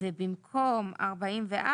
במקום "44"